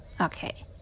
Okay